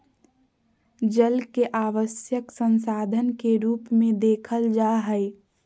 जल के आवश्यक संसाधन के रूप में देखल जा हइ